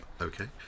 Okay